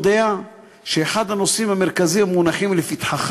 אתה יודע שאחד הנושאים המרכזיים המונחים לפתחך